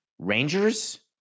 Rangers